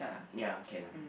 ya can lah